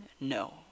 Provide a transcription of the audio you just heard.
no